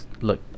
look